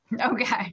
Okay